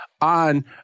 on